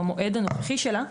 במועד הנוכחי שלה,